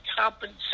compensation